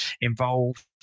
involved